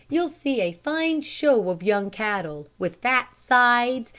you'll see a fine show of young cattle, with fat sides,